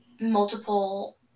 multiple